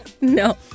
No